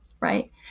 right